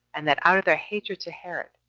and that, out of their hatred to herod,